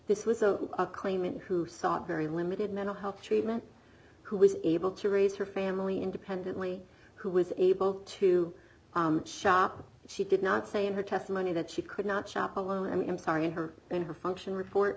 this was a claimant who sought very limited mental health treatment who was able to raise her family independently who was able to shop she did not say in her testimony that she could not shop alone i mean i'm sorry her and her function report